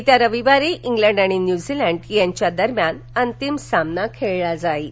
येत्या रविवारी इंग्लड आणि न्यूझीलंड यांच्यात अंतिम सामना खेळला जाईल